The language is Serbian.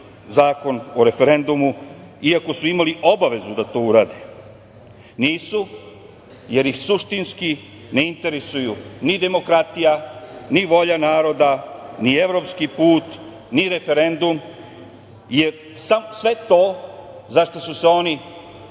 Zakon o referendumu, iako su imali obavezu da to urade? Nisu, jer ih suštinski ne interesuju ni demokratija, ni volja naroda, ni evropski put, ni referendum, jer sve to za šta su se oni